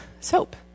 Soap